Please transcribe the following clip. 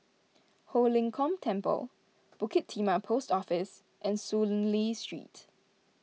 Ho Lim Kong Temple Bukit Timah Post Office and Soon Lee Street